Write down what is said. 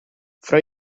fra